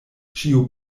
ĉiu